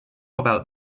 about